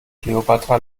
kleopatra